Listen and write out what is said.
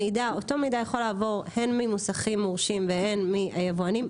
אותו מידע יכול לעבור הן ממוסכים מורשים והן מהיבואנים.